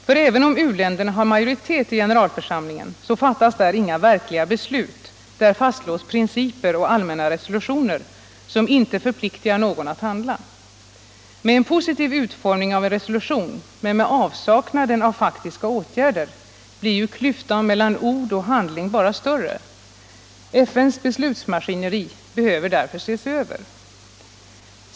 För även om u-länderna har majoritet i generalförsamlingen fattas där inga verkliga beslut. Där fastslås principer och antas allmänna resolutioner, som inte förpliktigar någon att handla. Med en positiv utformning av en resolution men i avsaknad av faktiska åtgärder blir ju klyftan mellan ord och handling bara större. FN:s beslutsmaskineri behöver därför ses över.